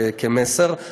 כמסר,